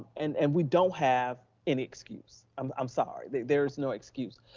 and and we don't have any excuse. i'm um sorry there's no excuse.